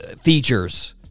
features